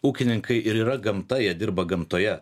ūkininkai ir yra gamta jie dirba gamtoje